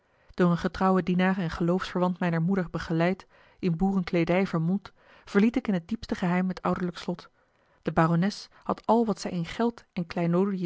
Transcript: door een getrouwen dienaar en geloofsverwant mijner moeder begeleid in boerenkleedij vermomd verliet ik in het diepste geheim het ouderlijk slot de barones had al wat zij in geld en